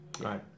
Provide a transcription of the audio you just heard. right